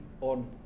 on